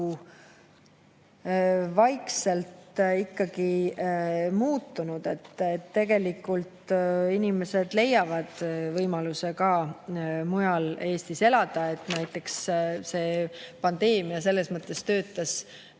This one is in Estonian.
vaikselt ikkagi muutunud. Tegelikult inimesed leiavad võimaluse ka mujal Eestis elada. Näiteks see pandeemia selles mõttes töötas